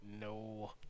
no